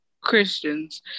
Christians